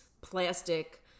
plastic